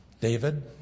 David